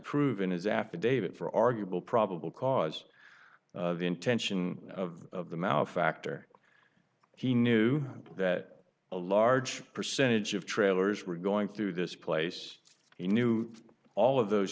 prove in his affidavit for arguable probable cause the intention of the mao factor he knew that a large percentage of trailers were going through this place he knew all of those